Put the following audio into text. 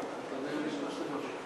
ברשות יושב-ראש הכנסת,